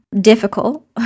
difficult